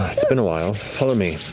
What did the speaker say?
it's been a while. follow me.